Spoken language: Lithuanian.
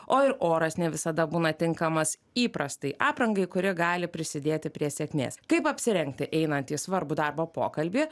o ir oras ne visada būna tinkamas įprastai aprangai kuri gali prisidėti prie sėkmės kaip apsirengti einant į svarbų darbo pokalbį